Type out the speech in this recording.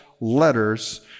letters